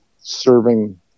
serving